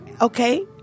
okay